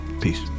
peace